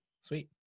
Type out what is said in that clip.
sweet